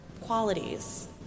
qualities